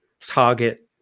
target